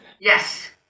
Yes